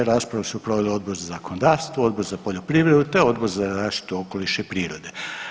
Raspravu su proveli Odbor za zakonodavstvo, Odbor za poljoprivredu te Odbor za zaštitu okoliša i prirode.